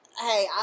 hey